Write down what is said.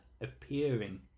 appearing